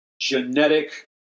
genetic